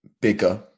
bigger